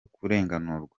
kurenganurwa